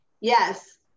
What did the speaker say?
yes